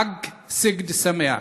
חג סיגד שמח.